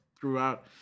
throughout